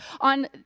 on